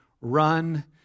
run